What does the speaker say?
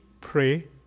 pray